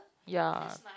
ya